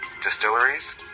distilleries